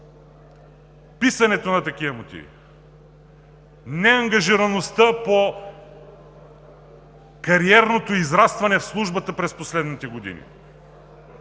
писането на такива мотиви, неангажираността по кариерното израстване в Службата през последните години,